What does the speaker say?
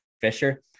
Fisher